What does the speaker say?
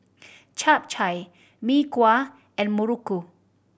Chap Chai Mee Kuah and muruku